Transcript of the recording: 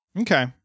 Okay